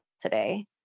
today